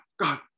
God